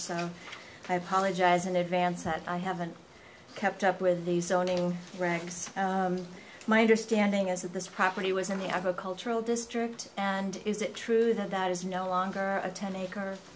so i apologize in advance that i haven't kept up with the zoning ranks my understanding is that this property was in the agricultural district and is it true that that is no longer a ten acre